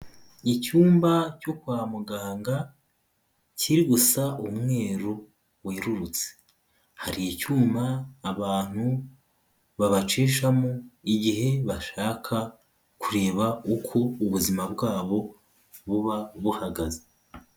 Icyumba cyo kwa muganga kiri gusa umweru werurutse, hari icyuma abantu babacishamo igihe bashaka kureba uko ubuzima bwabo buba buhagaze.